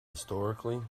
historically